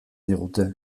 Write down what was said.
digute